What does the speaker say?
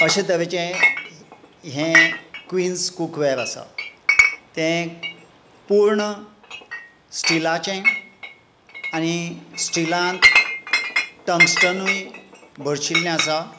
अशे तरेचें हें क्विन्स कुकवेर आसा तें पूर्ण स्टिलाचे आनी स्टिलांत टंगस्टनूय बशिल्लें आसा